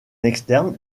externe